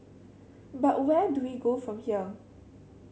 but where do we go from here